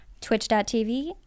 Twitch.tv